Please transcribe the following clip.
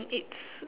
mm it's